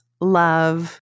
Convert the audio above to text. love